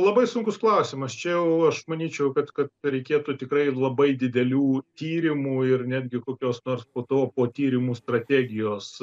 labai sunkus klausimas čia jau aš manyčiau kad kad reikėtų tikrai labai didelių tyrimų ir netgi kokios nors po to po tyrimų strategijos